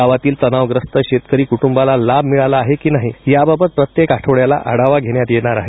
गावातील तणावग्रस्त शेतकरी कृट्ंबाला लाभ मिळाला आहे की नाही याबाबत प्रत्येक आठवड्याला आढावा घेण्यात येणार आहे